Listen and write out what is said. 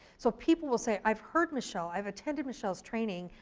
so people will say i've heard michele, i've attended michele's training,